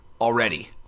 already